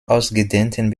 ausgedehnten